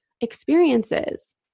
experiences